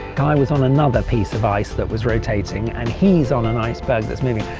i was on another piece of ice that was rotating, and he's on an iceberg that's moving.